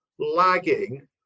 Lagging